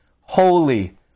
holy